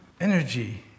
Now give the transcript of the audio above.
Energy